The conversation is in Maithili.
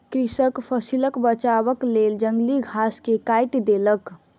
कृषक फसिलक बचावक लेल जंगली घास के काइट देलक